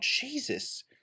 Jesus